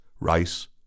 Rice